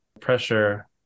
pressure